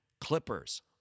Clippers